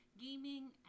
gaming